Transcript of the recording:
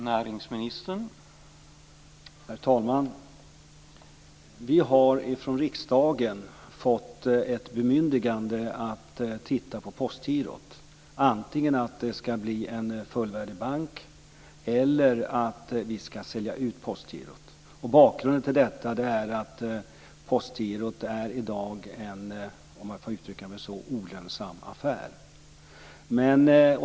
Herr talman! Vi har från riksdagen fått ett bemyndigande att se över Postgirot, antingen att Postgirot ska bli en fullvärdig bank eller att det ska säljas ut. Bakgrunden till detta är att Postgirot i dag är en, om jag får uttrycka mig så, olönsam affär.